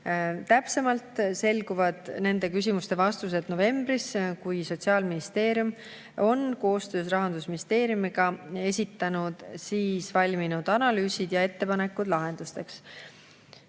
Täpsemalt selguvad nende küsimuste vastused novembris, kui Sotsiaalministeerium on koostöös Rahandusministeeriumiga esitanud valminud analüüsid ja ettepanekud lahendusteks.